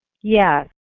Yes